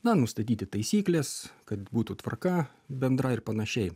na nustatyti taisykles kad būtų tvarka bendra ir panašiai